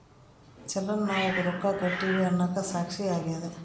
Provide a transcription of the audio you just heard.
ಚಲನ್ ನಾವ್ ರೊಕ್ಕ ಕಟ್ಟಿವಿ ಅನ್ನಕ ಸಾಕ್ಷಿ ಆಗ್ಯದ